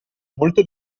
molto